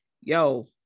yo